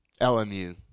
LMU